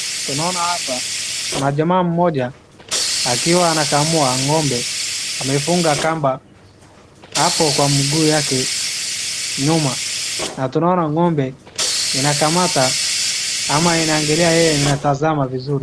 Tunaona hapa, kuna jamaa mmoja akiwa anakamua ngombe amefunga kamba hapo kwa mguu yake nyuma. Tunaona ngombe inakamata ama anaangilia yeye na inatazama vizuri.